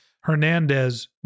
Hernandez